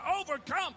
overcome